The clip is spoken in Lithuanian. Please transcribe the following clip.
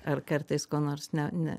ar kartais ko nors ne ne